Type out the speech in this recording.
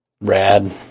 Rad